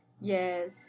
Yes